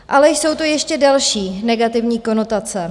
Ale jsou tu ještě delší negativní konotace.